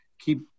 keep